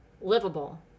livable